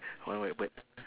one white bird